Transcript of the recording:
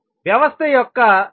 వ్యవస్థ యొక్క శక్తి గురించి ఏమిటి